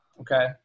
Okay